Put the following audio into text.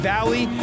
Valley